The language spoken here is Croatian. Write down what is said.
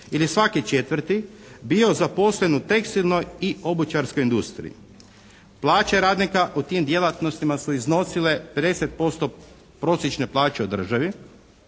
ili svaki četvrti bio zaposlen u tekstilnoj i obućarskoj industriji. Plaće radnika u tim djelatnostima su iznosile 50% prosječne plaće u državi.